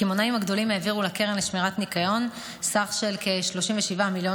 הקמעונאים הגדולים העבירו לקרן לשמירת הניקיון סכום של כ-37 מיליון